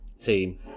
team